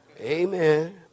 Amen